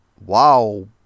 wow